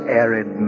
arid